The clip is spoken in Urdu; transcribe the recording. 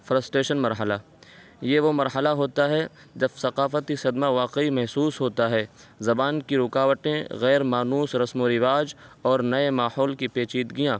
فرسٹریشن مرحلہ یہ وہ مرحلہ ہوتا ہے جب ثقافتی صدمہ واقعی محسوس ہوتا ہے زبان کی رکاوٹیں غیر مانوس رسم و رواج اور نئے ماحول کی پیچیدگیاں